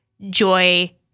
joy